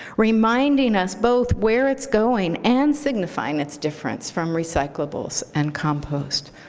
reminding us both where it's going and signifying its difference from recyclables and compost,